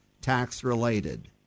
tax-related